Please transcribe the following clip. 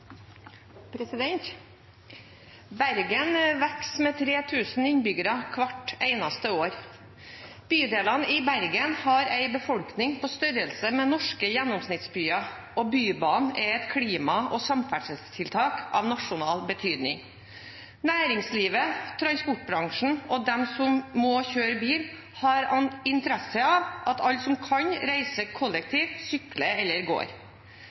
Bergen vokser med 3 000 innbyggere hvert eneste år. Bydelene i Bergen har en befolkning på størrelse med norske gjennomsnittsbyer, og Bybanen er et klima- og samferdselstiltak av nasjonal betydning. Næringslivet, transportbransjen og de som må kjøre bil, har interesse av at alle som kan, reiser kollektivt, sykler eller går.